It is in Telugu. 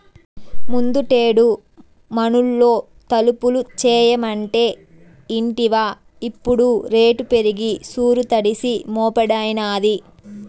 ముందుటేడు మనూళ్లో తలుపులు చేయమంటే ఇంటివా ఇప్పుడు రేటు పెరిగి సూరు తడిసి మోపెడైనాది